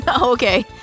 Okay